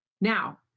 Now